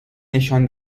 نشان